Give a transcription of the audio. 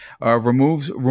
Removes